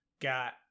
got